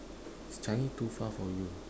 is Changi too far for you